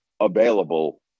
available